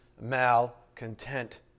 malcontent